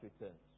returns